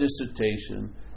dissertation